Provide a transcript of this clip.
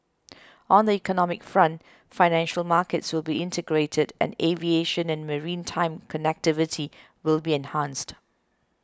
on the economic front financial markets will be integrated and aviation and maritime connectivity will be enhanced